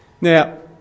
Now